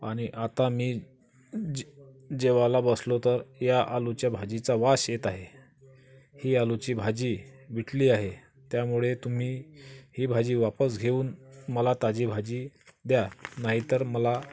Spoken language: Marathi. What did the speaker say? आणि आता मी जे जेवायला बसलो तर या आलूच्या भाजीचा वास येत आहे ही आलूची भाजी विटली आहे त्यामुळे तुम्ही ही भाजी वापस घेऊन मला ताजी भाजी द्या नाही तर मला